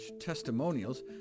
testimonials